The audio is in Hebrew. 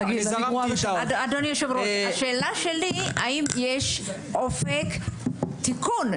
אדוני היושב-ראש, השאלה שלי האם יש אופק תיקון?